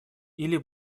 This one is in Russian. или